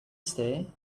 stay